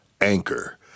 Anchor